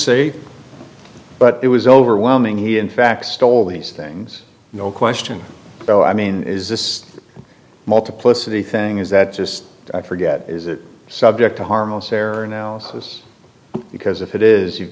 say but it was overwhelming he in fact stole these things no question though i mean is this multiplicity thing is that just i forget is it subject to harmless error analysis because if it is you've